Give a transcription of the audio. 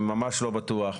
ממש לא בטוח,